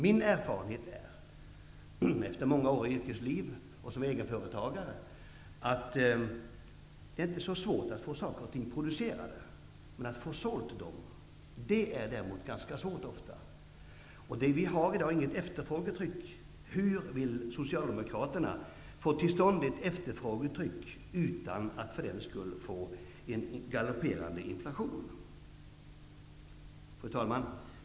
Min erfarenhet, efter många år i yrkeslivet, även som egenföretagare, är att det inte är så svårt att få saker och ting producerade. Men att få dem sålda är däremot ofta ganska svårt. Vi har i dag inte något efterfrågetryck. Hur vill Socialdemokraterna få till stånd ett efterfrågetryck utan att för den skull få en galopperande inflation? Fru talman!